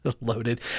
loaded